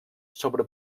sobre